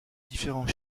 différents